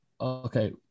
okay